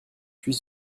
suis